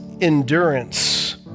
endurance